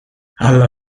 alla